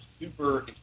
super